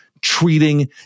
Treating